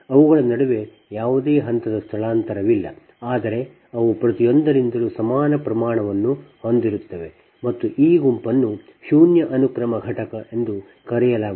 ಅವುಗಳ ನಡುವೆ ಯಾವುದೇ ಹಂತದ ಸ್ಥಳಾಂತರವಿಲ್ಲ ಆದರೆ ಅವು ಪ್ರತಿಯೊಂದರಿಂದಲೂ ಸಮಾನ ಪ್ರಮಾಣವನ್ನು ಹೊಂದಿರುತ್ತವೆ ಮತ್ತು ಈ ಗುಂಪನ್ನು ಶೂನ್ಯ ಅನುಕ್ರಮ ಘಟಕ ಎಂದು ಕರೆಯಲಾಗುತ್ತದೆ